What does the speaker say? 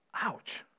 Ouch